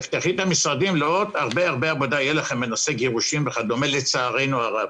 תפתחי את המשרדים כי תהיה לכם הרבה עבודה בנושא גירושין לצערנו הרב.